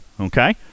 okay